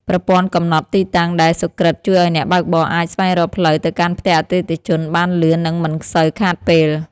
ប្រព័ន្ធកំណត់ទីតាំងដែលសុក្រឹតជួយឱ្យអ្នកបើកបរអាចស្វែងរកផ្លូវទៅកាន់ផ្ទះអតិថិជនបានលឿន និងមិនសូវខាតពេល។